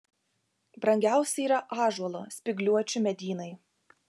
brangiausi yra ąžuolo spygliuočių medynai